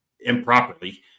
improperly